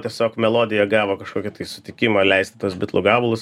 tiesiog melodija gavo kažkokį tai sutikimą leisti tuos bitlų gabalus